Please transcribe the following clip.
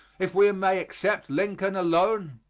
if we may except lincoln alone.